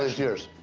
years?